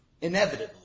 Inevitably